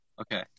Okay